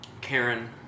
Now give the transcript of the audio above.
Karen